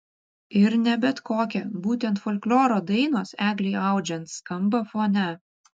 ir ne bet kokia būtent folkloro dainos eglei audžiant skamba fone